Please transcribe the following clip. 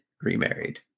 remarried